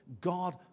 God